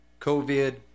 Covid